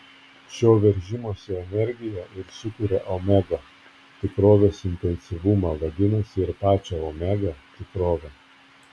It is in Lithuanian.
šio veržimosi energija ir sukuria omega tikrovės intensyvumą vadinasi ir pačią omega tikrovę